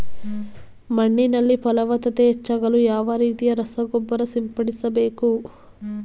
ಮಣ್ಣಿನಲ್ಲಿ ಫಲವತ್ತತೆ ಹೆಚ್ಚಾಗಲು ಯಾವ ರೀತಿಯ ರಸಗೊಬ್ಬರ ಸಿಂಪಡಿಸಬೇಕು?